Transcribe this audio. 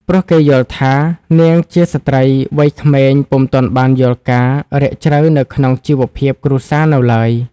ព្រោះគេយល់ថា នាងជាស្ត្រីវ័យក្មេងពុំទាន់បានយល់ការណ៍រាក់ជ្រៅនៅក្នុងជីវភាពគ្រួសារនៅឡើយ ។